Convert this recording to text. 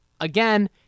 Again